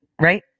right